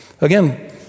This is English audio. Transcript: Again